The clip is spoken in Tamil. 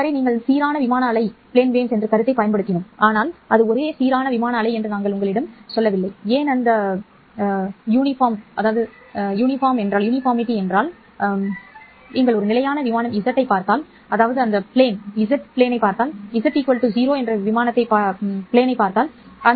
இதுவரை நாங்கள் சீரான விமான அலை என்ற கருத்தை பயன்படுத்தினோம் ஆனால் அது ஒரே சீரான விமான அலை என்று நாங்கள் உங்களிடம் சொல்லவில்லை ஏன் அந்த சீருடை ஏனெனில் நீங்கள் ஒரு நிலையான விமானம் z ஐப் பார்த்தால் z 0 விமானத்தைப் பார்த்தால் சரி